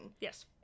Yes